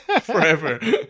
forever